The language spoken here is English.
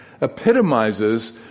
epitomizes